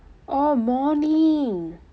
oh morning